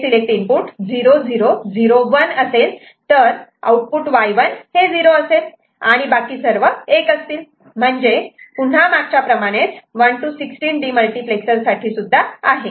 जर ABCD 0001 असेल तर आउटपुट Y1 हे 0 असेल आणि बाकी सर्व 1 असतील म्हणजे पुन्हा मागच्या प्रमाणेच 1 to 16 डीमल्टिप्लेक्सर साठी सुद्धा आहे